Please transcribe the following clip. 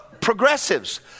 progressives